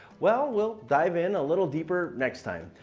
well, we'll dive in a little deeper next time.